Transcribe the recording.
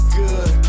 good